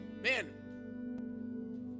man